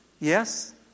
Yes